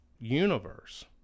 universe